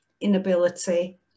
inability